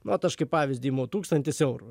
vat aš kaip pavydzį imu tūkstantis eurų